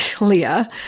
Leah